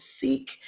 seek